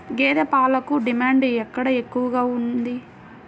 గేదె పాలకు డిమాండ్ ఎక్కడ ఎక్కువగా ఉంది?